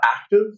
active